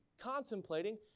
contemplating